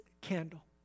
candle